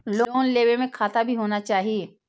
Loan लेबे में खाता भी होना चाहि?